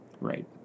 right